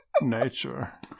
nature